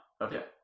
Okay